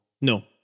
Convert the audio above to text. No